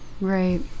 Right